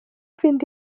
fynd